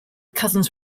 cousins